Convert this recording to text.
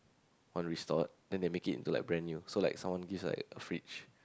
want restored then they make it into like brand new so like someone gives like a fridge